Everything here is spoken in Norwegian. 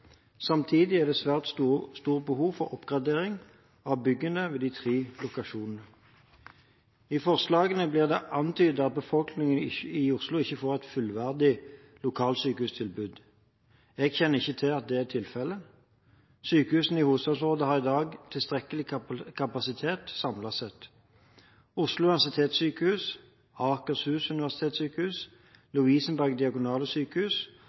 Samtidig er det et svært stort behov for oppgradering av byggene ved tre lokasjoner. I forslagene blir det antydet at befolkningen i Oslo ikke får et fullverdig lokalsykehustilbud. Jeg kjenner ikke til at det er tilfellet. Sykehusene i hovedstadsområdet har i dag tilstrekkelig kapasitet samlet sett. Oslo universitetssykehus, Akershus universitetssykehus, Lovisenberg Diakonale Sykehus